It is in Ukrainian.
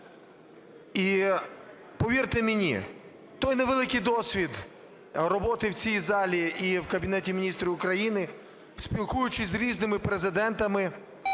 І, повірте мені, той невеликий досвід роботи в цій залі і в Кабінеті Міністрів України, спілкуючись з різними президентами,